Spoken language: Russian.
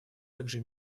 также